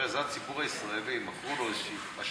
תראה, הציבור הישראלי, מכרו לו איזו אשליה.